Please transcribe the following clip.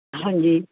ਹਾਂਜੀ